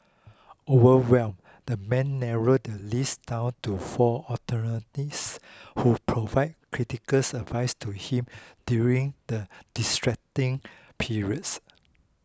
overwhelmed the man narrowed the list down to four attorneys who provide critical advice to him during the distracting periods